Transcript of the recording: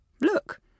look